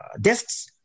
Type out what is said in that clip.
desks